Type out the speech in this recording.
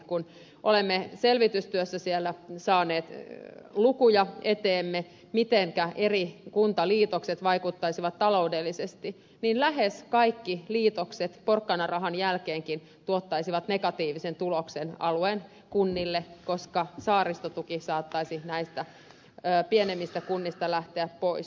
kun olemme selvitystyössä siellä saaneet lukuja eteemme mitenkä eri kuntaliitokset vaikuttaisivat taloudellisesti niin lähes kaikki liitokset porkkanarahan jälkeenkin tuottaisivat negatiivisen tuloksen alueen kunnille koska saaristotuki saattaisi näistä pienemmistä kunnista lähteä pois